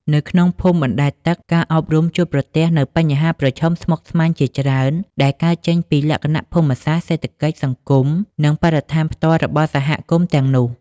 នៅក្នុងភូមិបណ្តែតទឹកការអប់រំជួបប្រទះនូវបញ្ហាប្រឈមស្មុគស្មាញជាច្រើន ដែលកើតចេញពីលក្ខណៈភូមិសាស្ត្រ សេដ្ឋកិច្ច សង្គម និងបរិស្ថានផ្ទាល់របស់សហគមន៍ទាំងនោះ។